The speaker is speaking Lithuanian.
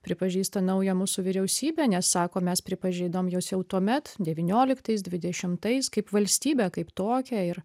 pripažįsta naują mūsų vyriausybę nes sako mes pripažinom jus jau tuomet devynioliktas dvidešimtais kaip valstybę kaip tokią ir